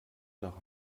nach